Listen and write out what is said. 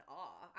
awe